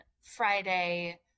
Friday